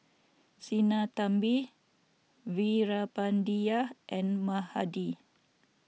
Sinnathamby Veerapandiya and Mahade